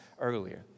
earlier